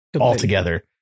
altogether